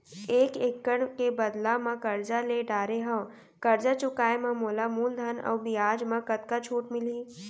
एक एक्कड़ के बदला म करजा ले डारे हव, करजा चुकाए म मोला मूलधन अऊ बियाज म कतका छूट मिलही?